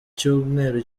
cyumweru